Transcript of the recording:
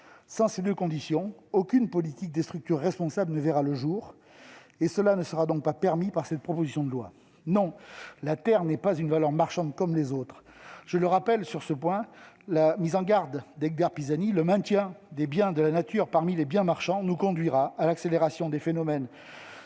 Sans ces deux conditions, aucune politique des structures responsable ne verra le jour. Et ce n'est certainement pas cette proposition de loi qui nous en donnera l'occasion ! Non, la terre n'est pas une valeur marchande comme les autres. Je rappellerai, sur ce point, la mise en garde d'Edgar Pisani :« Le maintien des biens de la nature parmi les biens marchands nous conduira à l'accélération des phénomènes